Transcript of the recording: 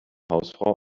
hausfrau